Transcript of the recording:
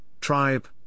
tribe